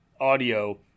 audio